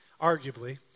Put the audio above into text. arguably